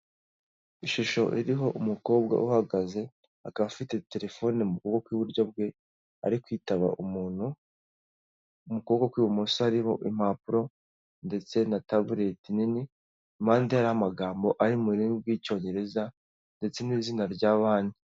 Ishusho iriho umukobwa uhagaze, akaba afite telefone mu kuboko kw'iburyo bwe, ari kwitaba umuntu, mu kuboko kw'ibumoso hariho impapuro, ndetse na tabureti nini, impande ye hari amagambo ari mu rurimi rw'icyongereza, ndetse n'izina rya banki.